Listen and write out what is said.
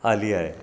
आली आहे